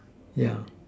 yeah